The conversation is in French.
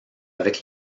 avec